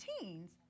teens